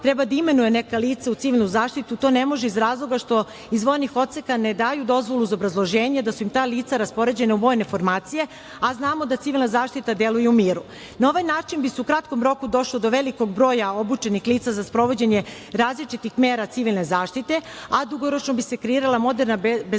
treba da imenuje neka lica u civilnu zaštitu to ne može iz razloga što iz vojnih odseka ne daju dozvolu uz obrazloženje da su ta lica raspoređena u vojne formacije, a znamo da civilna zaštita deluje u miru? Na ovaj način bi se u kratkom roku došlo do velikog broja obučenih lica za sprovođenje različitih mera civilne zaštite, a dugoročno bi se kreirala moderna bezbednosna